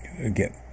again